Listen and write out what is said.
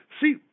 See